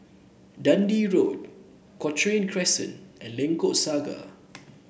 Dundee Road Cochrane Crescent and Lengkok Saga